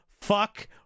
Fuck